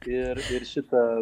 ir ir šita